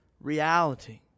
reality